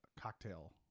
cocktail